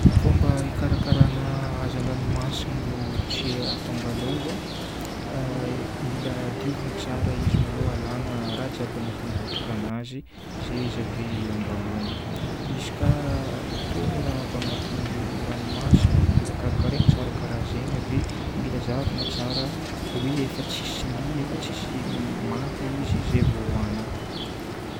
Fomba ikarakaragna hazan-dranomasigny mbô tsy hahatonga loza: mila diovigna tsara izy maloha, alagna raha jiaby agnatin'ny vondrakanazy zay izy ave andrahoagna. Izy ka hitono raha avy agnatin'ny ranomasigny, mila karakaraina tsara karaha zegny ave mila zahavina tsara hoe efa tsisy li, efa tsisy manta izy zay vao hohanigny.